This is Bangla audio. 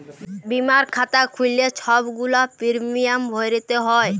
বীমার খাতা খ্যুইল্লে ছব গুলা পিরমিয়াম ভ্যইরতে হ্যয়